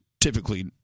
typically